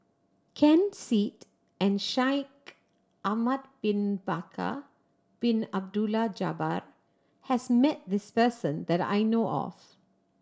Ken Seet and Shaikh Ahmad Bin Bakar Bin Abdullah Jabbar has met this person that I know of